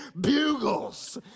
bugles